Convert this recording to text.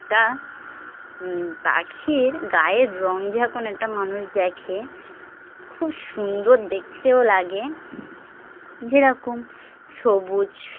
একটা পাখির গায়ের রঙ যখন একটা মানুষ দেখে খুব সুন্দর দেখতেও লাগে যেরকম সবুজ